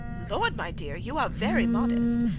lord! my dear, you are very modest.